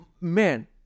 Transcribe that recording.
man